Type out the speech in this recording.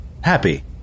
happy